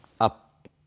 up